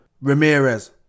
Ramirez